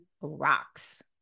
rocks